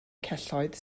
celloedd